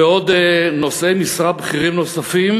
ועוד, נושאי משרה בכירים נוספים,